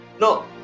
No